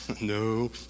No